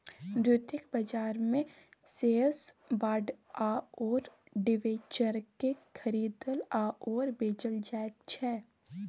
द्वितीयक बाजारमे shares bond आओर डिबेंचरकेँ खरीदल आओर बेचल जाइत छै